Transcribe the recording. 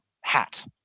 hat